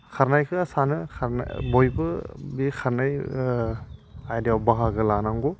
खारनायखौ सानो बयबो बे खारनाय आयदायाव बाहागो लानांगौ